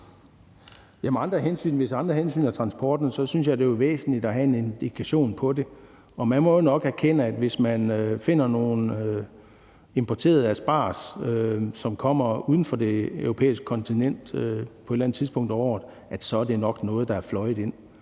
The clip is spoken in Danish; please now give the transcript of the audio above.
Hvis andre hensyn er transporten, synes jeg, det er væsentligt at have en indikation af det. Man må jo nok erkende, at hvis man finder nogle importerede asparges, som kommer fra et land uden for det europæiske kontinent, er det nok nogle, der er fløjet ind.